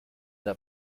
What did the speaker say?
der